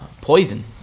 poison